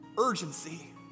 urgency